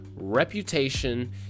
reputation